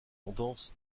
tendance